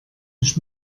nicht